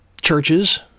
churches